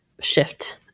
shift